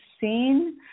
seen